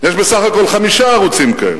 יש בסך הכול חמישה ערוצים כאלה,